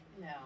No